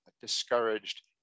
discouraged